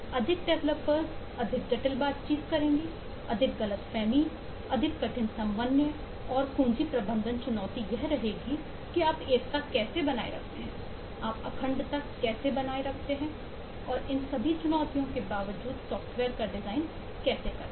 अधिक डेवलपर्स करेंगे अधिक जटिल बातचीत अधिक गलतफहमी अधिक कठिन समन्वय और कुंजी प्रबंधन चुनौती यह रहेगी कि आप एकता कैसे बनाए रखते हैं आप अखंडता कैसे बनाए रखते हैं और इन सभी चुनौतियों के बावजूद सॉफ्टवेयर का डिज़ाइन कैसे करते हैं